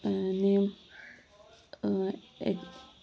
आनी